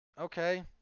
Okay